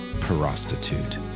prostitute